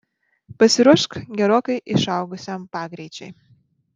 pasiruošk gerokai išaugusiam pagreičiui